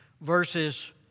verses